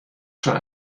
schon